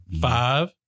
Five